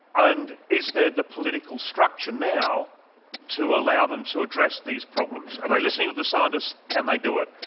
and is there the political structure now to allow them to address these problems? are listening to the scientists can they do it,